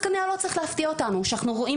זה כנראה לא צריך להפתיע אותנו שאנחנו רואים